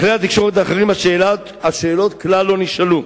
בכלי התקשורת האחרים השאלות כלל לא נשאלו.